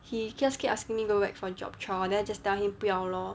he just keep asking me go back for job trial then I just tell him 不要 lor